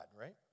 right